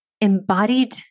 embodied